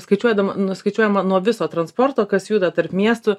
skaičiuodama nuskaičiuojama nuo viso transporto kas juda tarp miestų